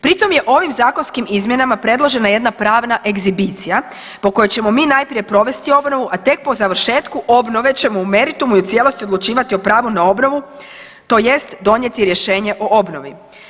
Pri tom je ovim zakonskim izmjenama predložena jedna pravna ekshibicija po kojoj ćemo mi najprije provesti obnovu, a tek po završetku obnove ćemo u meritumu i u cijelosti odlučivati o pravu na obnovu tj. donijeti rješenje o obnovi.